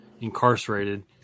incarcerated